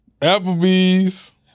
Applebee's